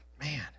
Man